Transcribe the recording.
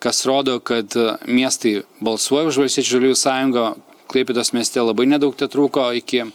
kas rodo kad miestai balsuoja už valstiečių žaliųjų sąjungą klaipėdos mieste labai nedaug tetrūko iki